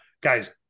Guys